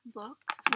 books